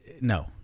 no